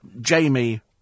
Jamie